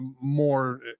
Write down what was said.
more